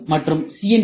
M மற்றும் C